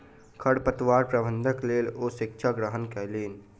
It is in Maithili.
खरपतवार प्रबंधनक लेल ओ शिक्षा ग्रहण कयलैन